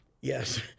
yes